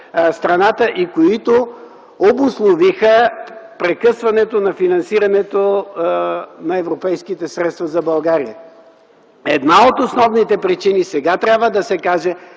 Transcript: страната, и които обусловиха прекъсването на финансирането на европейските средства за България. Една от основните причини, сега трябва да се каже